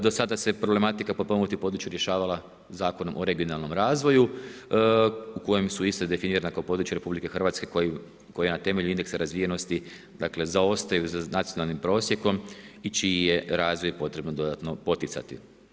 Do sada se problematika potpomognutih područja rješavala Zakonom o regionalnom razvoju u kojem su iste definirane kao područja RH koja na temelju indeksa razvijenosti zaostaju za nacionalnim prosjekom i čiji je razvoj potrebno dodatno poticati.